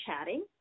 chatting